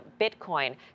Bitcoin